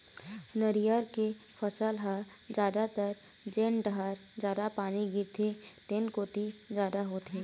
नरियर के फसल ह जादातर जेन डहर जादा पानी गिरथे तेन कोती जादा होथे